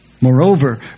Moreover